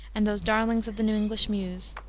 and those darlings of the new english muse,